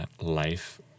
life